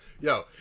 Yo